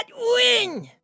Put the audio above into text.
win